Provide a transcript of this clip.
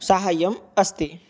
साहाय्यम् अस्ति